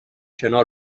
کنار